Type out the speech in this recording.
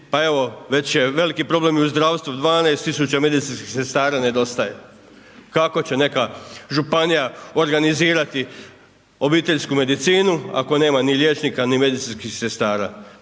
pa evo, već je veliki problem i u zdravstvu, 12 tisuća medicinskih sredstava nedostaje. Kako će neka županija organizirati obiteljsku medicinu, ako nema ni liječnika, ni medicinskih sredstava?